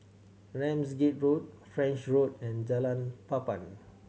Ramsgate Road French Road and Jalan Papan